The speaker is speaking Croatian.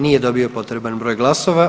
Nije dobio potreban broj glasova.